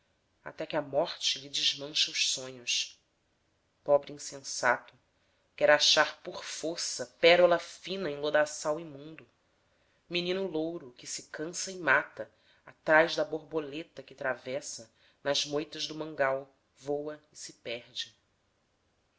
até que a morte lhe desmancha os sonhos pobre insensato quer achar por força pérola fina em lodaçal imundo menino louro que se cansa e mata atrás da borboleta que travessa nas moitas do mangal voa e se perde